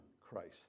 Christ